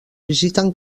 visiten